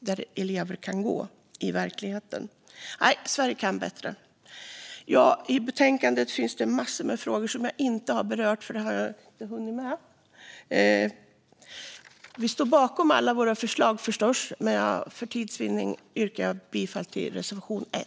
där elever kan gå, i verkligheten. Sverige kan bättre! I betänkandet finns massor av frågor som jag inte har hunnit beröra. Vi står förstås bakom alla våra förslag, men för tids vinnande yrkar jag bifall endast till reservation 1.